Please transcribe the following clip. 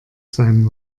sein